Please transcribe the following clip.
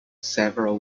several